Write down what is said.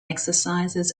exercises